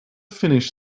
finished